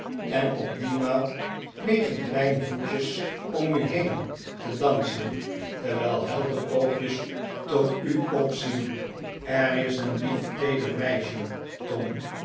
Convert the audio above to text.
en op die maat plegen kleine voetjes gppv mm besluit om u heen te dansen terwijl heldere oogjes tot u opzien en er is een lief teeder meisje tom